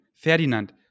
Ferdinand